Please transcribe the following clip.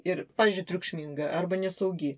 ir pavyzdžiui triukšminga arba nesaugi